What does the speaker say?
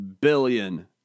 billion